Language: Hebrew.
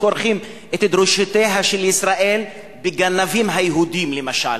תתאר לך שכורכים את דרישותיה של ישראל ב"גנבים היהודים" למשל.